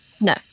No